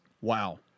Wow